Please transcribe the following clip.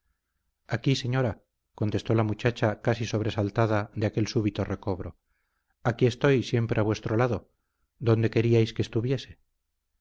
aquí señora contestó la muchacha casi sobresaltada de aquel súbito recobro aquí estoy siempre a vuestro lado dónde queríais que estuviese